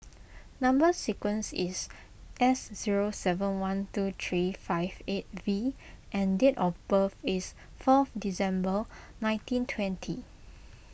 Number Sequence is S zero seven one two three five eight V and date of birth is fourth December nineteen twenty